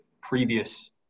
previous